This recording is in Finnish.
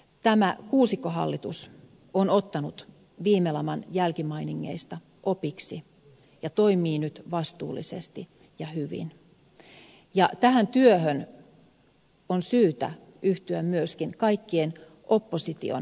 tämä kuusikkohallitus on ottanut viime laman jälkimainingeista opiksi ja toimii nyt vastuullisesti ja hyvin ja tähän työhön on syytä yhtyä myöskin kaikkien opposition kansanedustajien